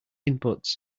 inputs